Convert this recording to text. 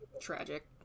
Tragic